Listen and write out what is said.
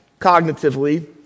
cognitively